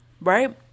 right